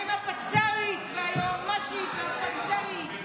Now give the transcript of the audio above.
מה עם הפצ"רית, והיועמ"שית והפצ"רית.